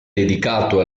dedicato